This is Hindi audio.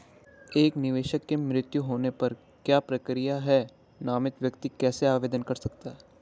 एक निवेशक के मृत्यु होने पर क्या प्रक्रिया है नामित व्यक्ति कैसे आवेदन कर सकता है?